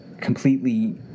completely